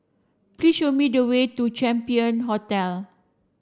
please show me the way to Champion Hotel